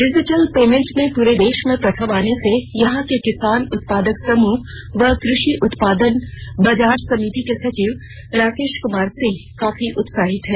digital payment में पूरे देश में प्रथम आने से यहां के किसान उत्पादक समूह व कृषि उत्पादन बाजार समिति के सचिव राकेश कुमार सिंह काफी उत्साहित हैं